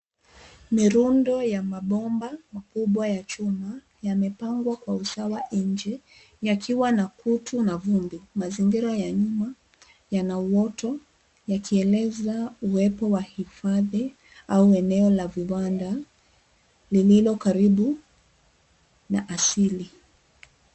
Mirundo ya mabomba kubwa ya chuma, yamepangwa kwa usawa nje yakiwa na kutu na vumbi. Mazingira ya nyuma yana uoto, yakieleza uwepo wa hifadhi au eneo la viwanda lililo karibu na asili.